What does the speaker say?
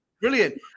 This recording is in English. Brilliant